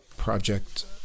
project